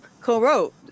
co-wrote